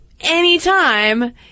anytime